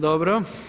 Dobro.